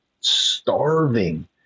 starving